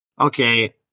okay